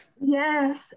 Yes